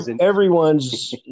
everyone's